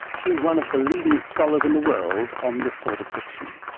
she is one of the leading scholars in the world on this sort of fiction.